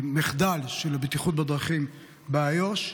המחדל של הבטיחות בדרכים באיו"ש.